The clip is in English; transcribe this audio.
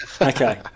Okay